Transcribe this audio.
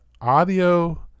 audio